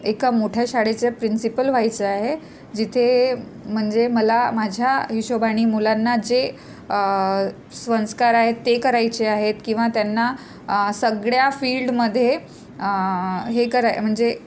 एका मोठ्या शाळेचे प्रिन्सिपल व्हायचं आहे जिथे म्हणजे मला माझ्या हिशोबाने मुलांना जे संस्कार आहेत ते करायचे आहेत किंवा त्यांना सगळ्या फील्डमध्ये हे करायला म्हणजे